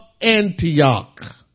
Antioch